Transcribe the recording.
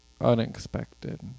unexpected